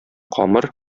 камыр